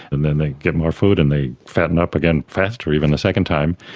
and then they get more food and they fatten up again faster even the second time,